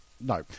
No